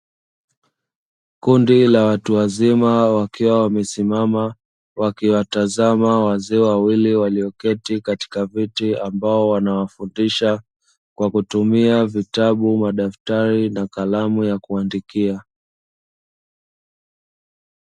Kundi la watu wazima wakiwa wamesimama wakiwatazama wazee wawili walioketi katika viti ambao wanawafundisha kwa kutumia: vitabu, madaftari na kalamu ya kuandikia.